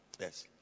Yes